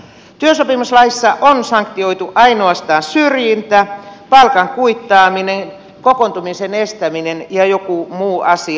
työsopimuslaissa on sanktioitu ainoastaan syrjintä palkan kuittaaminen kokoontumisen estäminen ja joku muu asia